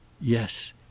yes